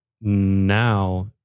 now